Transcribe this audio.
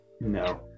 No